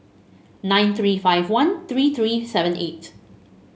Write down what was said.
nine three five one three three seven eight